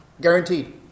Guaranteed